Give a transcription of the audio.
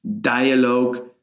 Dialogue